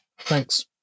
Thanks